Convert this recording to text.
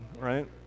right